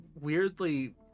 weirdly